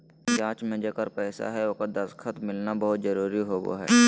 जाँच में जेकर पैसा हइ ओकर दस्खत मिलना बहुत जरूरी होबो हइ